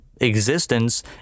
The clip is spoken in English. existence